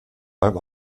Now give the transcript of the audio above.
beim